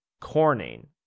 corning